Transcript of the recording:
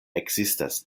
ekzistas